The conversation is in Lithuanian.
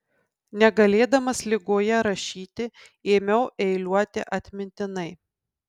negalėdamas ligoje rašyti ėmiau eiliuoti atmintinai